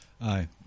Aye